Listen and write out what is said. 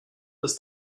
this